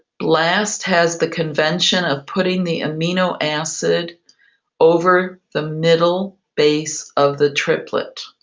blast has the convention of putting the amino acid over the middle base of the triplet.